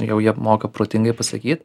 jau jie moka protingai pasakyt